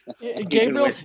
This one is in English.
Gabriel